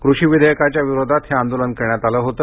कृषी विधेयकाच्या विरोधात हे आंदोलन कऱण्यात आले होते